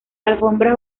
alfombras